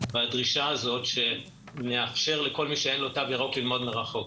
בדרישה הזאת שנאפשר לכל מי שיש לו תו ירוק ללמוד מרחוק.